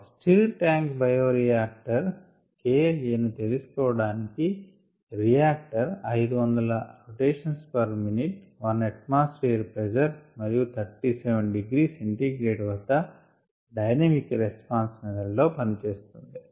ఒక stirred tank bioreactor K L a ను తెలుసుకోవడానికి రియాక్టర్ 500 rpm 1 ఎట్మాస్పియర్ ప్రెజర్ మరియు 37 డిగ్రీ c వద్ద డైనమిక్ రెస్పాన్స్ మెథడ్ లో పనిచేస్తోంది